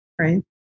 right